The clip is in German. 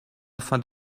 fand